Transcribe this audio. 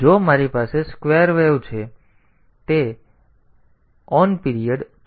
તેથી જો મારી પાસે સ્કવેર વેવ છે તો તેને સ્કવેર વેવ મળ્યું છે તે આના જેવું છે